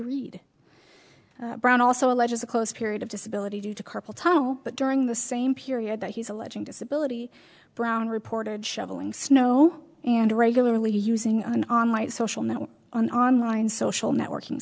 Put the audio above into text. read brown also alleges a close period of disability due to carpal tunnel but during the same period that he's alleging disability brown reported shoveling snow and regularly using an online social network on online social networking